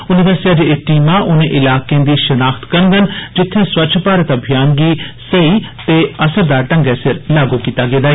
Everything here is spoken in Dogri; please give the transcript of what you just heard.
उनें दस्सेया जे एह टीमा उनें इलाकें दी शनाख्त करङन जित्थे स्वच्छ भारत अभियान गी सेही ते असरदार ढ़गै सिर लागू कीत्ता गेया ऐ